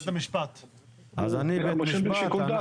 לבית המשפט.